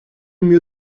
mir